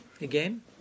again